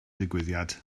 digwyddiad